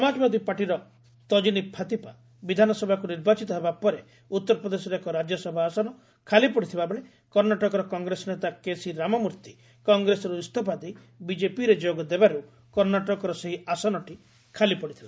ସମାଜବାଦୀ ପାର୍ଟିର ତକିନି ଫାତିମା ବିଧାନସଭାକୁ ନିର୍ବାଚିତ ହେବା ପରେ ଉତ୍ତରପ୍ରଦେଶର ଏକ ରାଜ୍ୟସଭା ଆସନ ଖାଲି ପଡ଼ିଥିବା ବେଳେ କର୍ଣ୍ଣାଟକର କଂଗ୍ରେସ ନେତା କେସି ରାମମ୍ଭର୍ତ୍ତି କଂଗ୍ରେସରୁ ଇସଫା ଦେଇ ବିଜେପିରେ ଯୋଗ ଦେବାରୁ କର୍ଷ୍ଣାଟକର ସେହି ଆସନଟି ଖାଲିପଡ଼ିଥିଲା